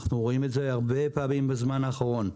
אנחנו רואים את זה הרבה פעמים בזמן האחרון.